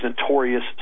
notorious